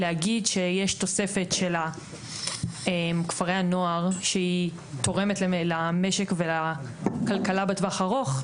להגיד שיש תוספת של כפרי הנוער שהיא תורמת למשק ולכלכלה בטווח הארוך,